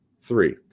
three